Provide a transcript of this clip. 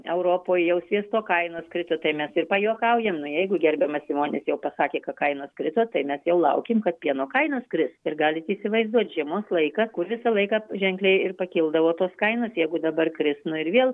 europoje jau sviesto kainos krito o tai mes ir pajuokaujam nu jeigu gerbiamas simonis jau pasakė kad kainos krito tai mes jau laukim kad pieno kainos kris ir galit įsivaizduoti žiemos laiką kur visą laiką ženkliai ir pakildavo tos kainos jeigu dabar kris nu ir vėl